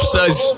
Says